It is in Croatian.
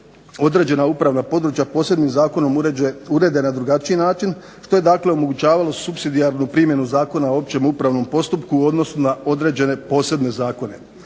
određena upravna područja posebnim zakonom urede na drugačiji način što je omogućavalo supsidijarnu primjenu Zakona o općem upravnom postupku u odnosu na određene posebne zakone.